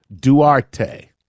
Duarte